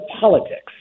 politics